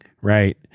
right